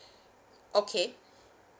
okay